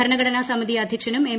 ഭരണഘടന സമിതി അദ്ധ്യക്ഷനും എം